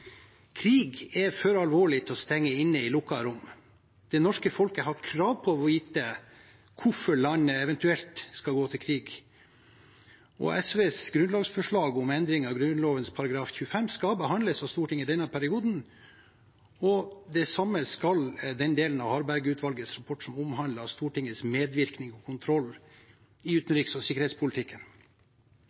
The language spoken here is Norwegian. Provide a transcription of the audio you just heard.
Krig er for alvorlig til å stenge inne i lukkede rom. Det norske folket har krav på å få vite hvorfor landet eventuelt skal gå til krig. SVs grunnlovsforslag om endring av Grunnloven § 25 skal behandles av Stortinget i denne perioden, og det samme skal den delen av Harberg-utvalgets rapport som omhandler Stortingets medvirkning og kontroll i utenriks- og sikkerhetspolitikken.